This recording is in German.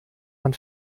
man